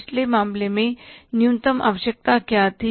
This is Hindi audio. पिछले मामले में न्यूनतम आवश्यकता क्या थी